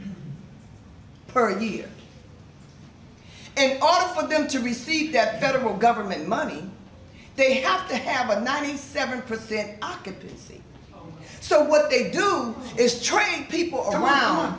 inmate per year and all of them to receive that federal government money they have to have a ninety seven percent occupancy so what they do is train people around